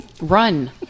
Run